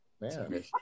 Man